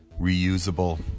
reusable